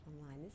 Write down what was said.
online